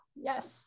Yes